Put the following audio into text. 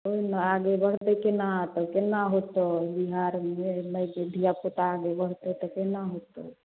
कहू ने आगे बढ़तै केना तऽ केना होयतै बिहारमे नहि जे धिआपुता आगे बढ़तै तऽ केना होयतै